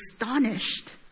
astonished